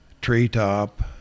treetop